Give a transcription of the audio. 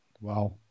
Wow